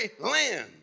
land